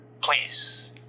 Please